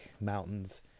mountains